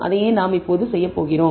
அதையே நாம் இப்போது செய்யப் போகிறோம்